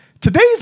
today's